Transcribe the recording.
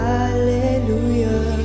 Hallelujah